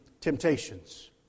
temptations